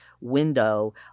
window